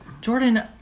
Jordan